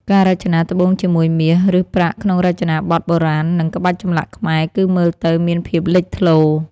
ការរចនាត្បូងជាមួយមាស ឬប្រាក់ក្នុងរចនាប័ទ្មបុរាណ និងក្បាច់ចម្លាក់ខ្មែរ គឺមើលទៅមានភាពលេចធ្លោ។